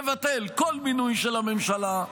לבטל כל מינוי של הממשלה,